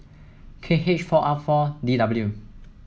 K H four R four D W